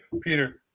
Peter